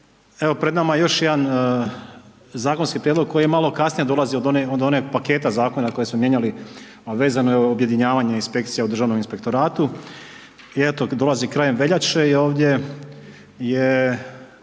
evo pred nama je još jedan zakonski prijedlog koji je malo kasnije dolazi od onog paketa zakona koji smo mijenjali, a vezano je za objedinjavanje u Državnom inspektoratu i eto dolazi krajem veljače i ovdje je